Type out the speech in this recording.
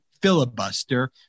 filibuster